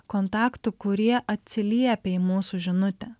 kontaktų kurie atsiliepė į mūsų žinutę